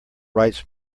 rights